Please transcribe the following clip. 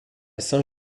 saint